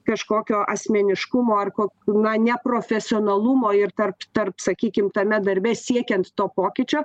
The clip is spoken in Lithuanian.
kažkokio asmeniškumo ar ko na neprofesionalumo ir tarp tarp sakykim tame darbe siekiant to pokyčio